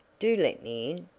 do let me in.